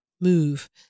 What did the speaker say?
move